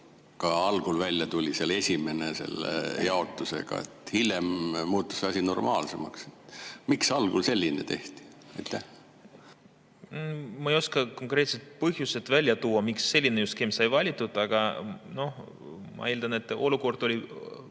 algul välja tuli, selle esimese jaotusega. Hiljem muutus asi normaalsemaks. Miks algul selline tehti? Ma ei oska konkreetset põhjust välja tuua, miks selline skeem sai valitud, aga ma eeldan, et olukord oli